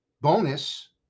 Bonus